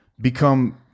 become